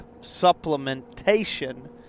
supplementation